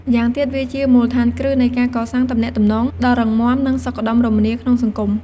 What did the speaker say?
ម៉្យាងទៀតវាជាមូលដ្ឋានគ្រឹះនៃការកសាងទំនាក់ទំនងដ៏រឹងមាំ និងសុខដុមរមនាក្នុងសង្គម។